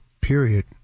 period